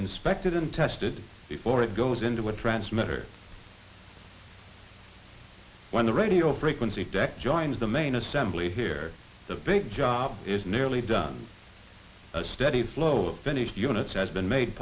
inspected and tested before it goes into a transmitter when the radio frequency tech joins the main assembly here the big job is nearly done a steady flow of finished units has been made